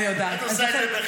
את עושה את זה בחיוך.